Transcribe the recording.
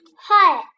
Hi